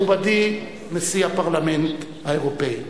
מכובדי נשיא הפרלמנט האירופי,